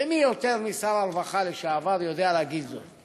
ומי יותר משר הרווחה לשעבר יודע להגיד זאת?